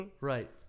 Right